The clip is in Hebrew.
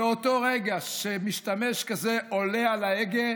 באותו רגע שמשתמש כזה עולה על ההגה,